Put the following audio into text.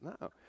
No